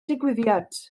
digwyddiad